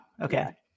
Okay